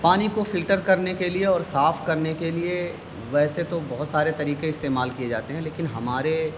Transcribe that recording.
پانی کو فلٹر کرنے کے لیے اور صاف کرنے کے لیے ویسے تو بہت سارے طریقے استعمال کیے جاتے ہیں لیکن ہمارے